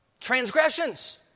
transgressions